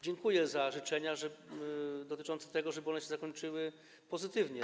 Dziękuję za życzenia dotyczące tego, żeby rozmowy zakończyły pozytywnie.